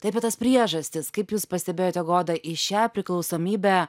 tai apie tas priežastis kaip jūs pastebėjote goda į šią priklausomybę